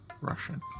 Russian